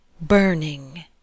burning